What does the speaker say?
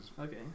Okay